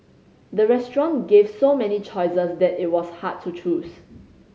the restaurant gave so many choices that it was hard to choose